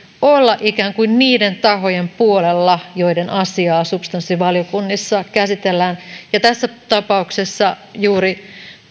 olla ikään kuin niiden tahojen puolella joiden asiaa substanssivaliokunnissa käsitellään ja tässä tapauksessa juuri